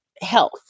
health